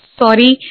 sorry